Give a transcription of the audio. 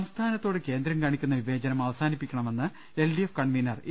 സംസ്ഥാനത്തോട് കേന്ദ്രം കാണിക്കുന്ന വിവേചനം അവസാ നിപ്പിക്കണമെന്ന് L D F convener A